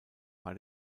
war